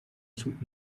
sut